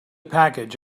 package